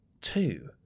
Two